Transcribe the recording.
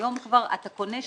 היום כבר אתה קונה שירותים,